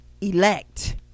elect